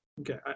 Okay